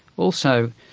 also,